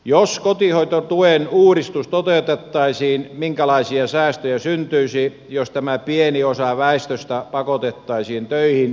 jos kotihoidon tuen uudistus toteutettaisiin minkälaisia säästöjä syntyisi jos tämä pieni osa väestöstä pakotettaisiin töihin ennenaikaisesti